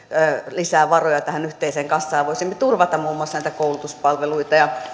lisää varoja tähän yhteiseen kassaan ja voisimme turvata muun muassa koulutuspalveluita ja